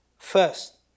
First